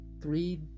three